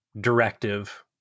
directive